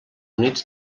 units